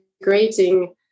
integrating